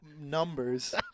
numbers